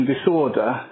disorder